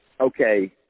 okay